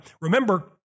remember